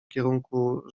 kierunku